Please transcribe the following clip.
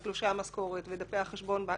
את תלושי המשכורת ודפי חשבון הבנק,